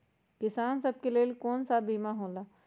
किसान सब के लेल कौन कौन सा बीमा होला?